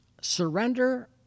Surrender